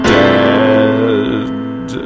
dead